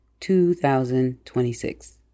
2026